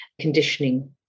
conditioning